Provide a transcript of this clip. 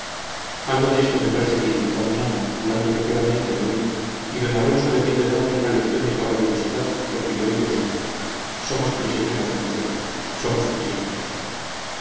algo de esto me parece que indicó a mi amo hablándole quedamente al oído y d alonso debió de darle una lección de caballerosidad porque le oí decir somos prisioneros marcial somos prisioneros